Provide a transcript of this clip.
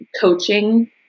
coaching